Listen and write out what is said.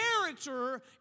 Character